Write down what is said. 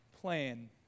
plan